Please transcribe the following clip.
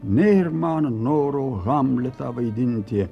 nėr man noro hamletą vaidinti